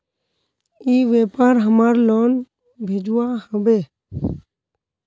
ई व्यापार हमार लोन भेजुआ हभे?